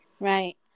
Right